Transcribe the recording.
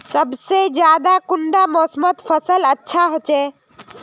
सबसे ज्यादा कुंडा मोसमोत फसल अच्छा होचे?